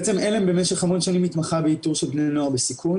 בעצם עלם במשך המון שנים מתמחה באיתור של בני נוער בסיכון,